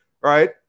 right